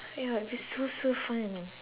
yup it sounds so fun